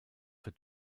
für